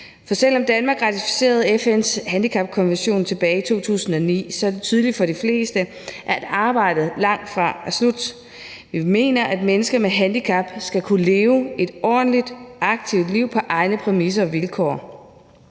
For selv om Danmark ratificerede FN's handicapkonvention tilbage i 2009, er det tydeligt for de fleste, at arbejdet langtfra er slut. Vi mener, at mennesker med handicap skal kunne leve et ordentligt og aktivt liv på egne præmisser og egne vilkår.